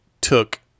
took